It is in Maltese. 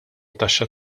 taxxa